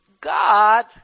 God